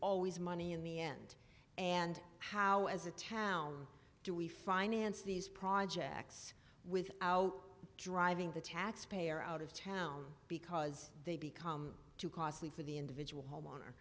always money in the end and how as a town do we finance these projects without driving the taxpayer out of town because they become too costly for the individual